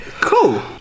Cool